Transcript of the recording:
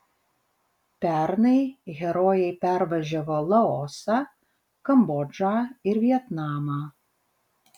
pernai herojai pervažiavo laosą kambodžą ir vietnamą